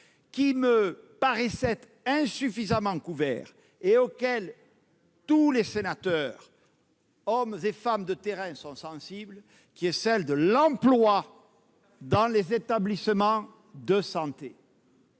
qui me paraissait insuffisamment couverte et à laquelle tous les sénateurs, hommes et femmes de terrain, sont sensibles : l'emploi dans les établissements de santé.